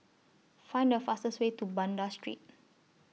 Find The fastest Way to Banda Street